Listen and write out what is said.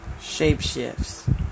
shapeshifts